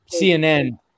CNN